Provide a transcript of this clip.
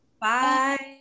Bye